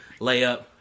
layup